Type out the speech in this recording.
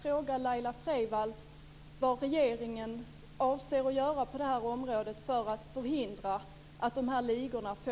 Det kan vara en väg att gå.